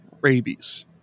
rabies